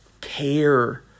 care